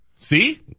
See